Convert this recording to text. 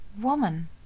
Woman